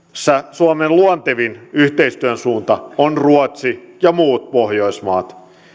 suomelle luontevin yhteistyön suunta on ruotsi ja muut pohjoismaat